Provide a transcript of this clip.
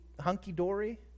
hunky-dory